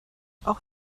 auch